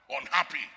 Unhappy